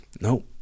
No